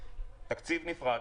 תקציב נפרד,